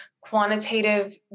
quantitative